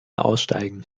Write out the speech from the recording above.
aussteigen